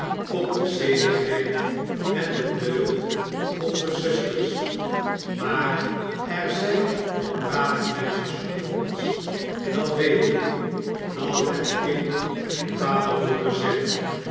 op de zedigheid en de deugd onzer zusters maar er zijn nog brave meisjes onder ons dat weet ik dat heb ik mijn vader hooren zeggen